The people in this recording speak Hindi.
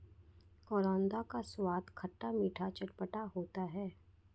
करौंदा का स्वाद खट्टा मीठा चटपटा होता है